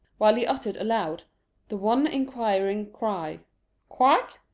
while he uttered aloud the one enquiring cry quaik?